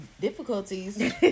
difficulties